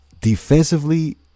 defensively